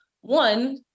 one